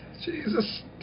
Jesus